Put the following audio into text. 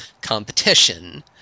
competition